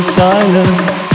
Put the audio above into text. silence